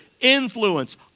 influence